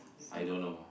I don't know